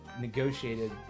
negotiated